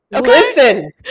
Listen